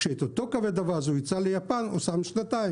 כשאת אותו כבד אווז הוא ייצא ליפן הוא קבע שנתיים,